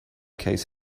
case